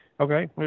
Okay